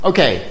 Okay